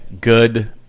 good